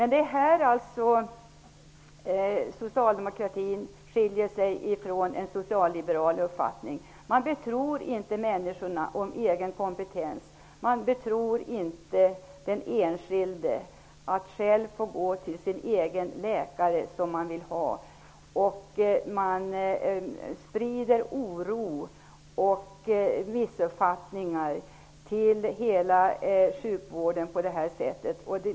I det avseendet skiljer sig socialdemokratin ifrån en socialliberal uppfattning. Man tror inte att människorna har en egen kompetens. Den enskilde är inte betrodd att själv välja den läkare den vill ha. Man sprider oro och missuppfattningar till hela sjukvården.